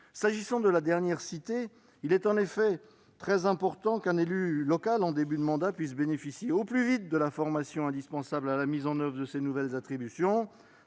modification que j'ai citée : il est très important qu'un élu local en début de mandat puisse bénéficier au plus vite de la formation indispensable à la mise en oeuvre de ces nouvelles attributions.